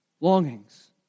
Longings